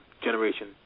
generation